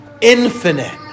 infinite